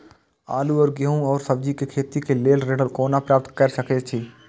आलू और गेहूं और सब्जी के खेती के लेल ऋण कोना प्राप्त कय सकेत छी?